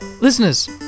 Listeners